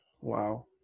Wow